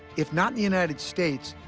if not in the united states,